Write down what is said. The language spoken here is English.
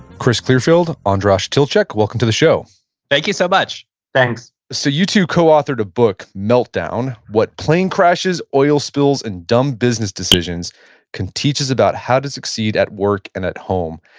chris clearfield, andras tilcsik, welcome to the show thank you so much thanks so, you two co-authored a book, meltdown what plane crashes, oil spills, and dumb business decisions can teach us about how to succeed at work and at home,